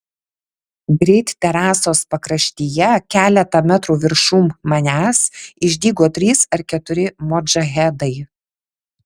greit terasos pakraštyje keletą metrų viršum manęs išdygo trys ar keturi modžahedai